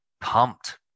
pumped